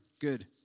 good